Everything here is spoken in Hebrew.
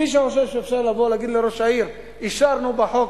מי שחושב שאפשר לבוא לראש העיר ולהגיד לו: אישרנו בחוק,